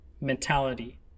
mentality